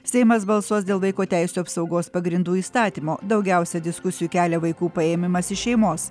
seimas balsuos dėl vaiko teisių apsaugos pagrindų įstatymo daugiausia diskusijų kelia vaikų paėmimas iš šeimos